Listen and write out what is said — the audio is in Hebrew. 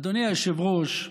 אדוני היושב-ראש,